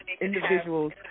individuals